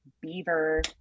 beaver